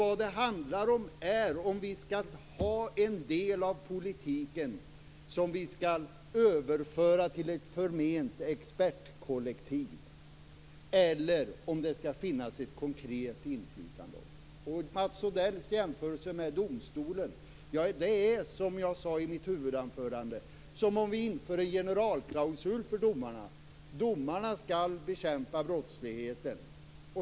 Vad det handlar om är om vi skall ha en del av politiken som vi skall överföra till ett förment expertkollektiv eller om det skall finnas ett konkret inflytande. Mats Odell gör en jämförelse med domstolen. I mitt huvudanförande sade jag att det är som om vi inför en generalklausul för domarna om att domarna skall bekämpa brottsligheten.